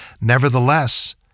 Nevertheless